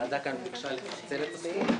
הוועדה כאן ביקשה לפצל את הסעיף,